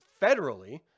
federally